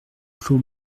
clos